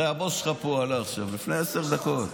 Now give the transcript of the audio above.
הרי הבוס שלך עלה לפה עכשיו, לפני עשר דקות.